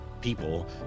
people